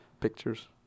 pictures